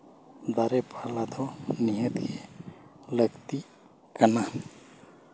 ᱫᱟᱨᱮ ᱯᱟᱞᱟ ᱫᱚ ᱱᱤᱦᱟᱹᱛᱜᱮ ᱞᱟᱹᱠᱛᱤᱜ ᱠᱟᱱᱟ